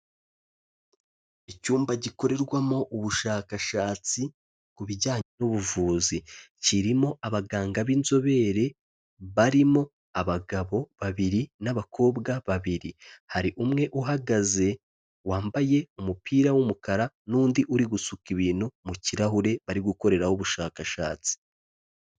Icyumba gikorerwamo ubushakashatsi ku bijyanye n'ubuvuzi, kirimo abaganga b'inzobere, barimo abagabo babiri n'abakobwa babiri, hari umwe uhagaze, wambaye umupira w'umukara n'undi uri gusuka ibintu mu kirahure, bari gukoreraho ubushakashatsi.